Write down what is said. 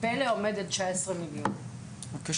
פל"א עומדת על 19,000,000 ₪.